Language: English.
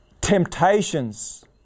temptations